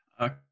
Okay